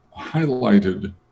highlighted